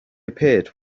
appeared